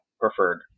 preferred